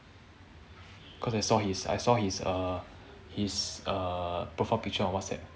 cause I saw his I saw his err his uh profile picture on whatsapp